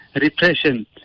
repression